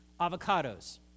avocados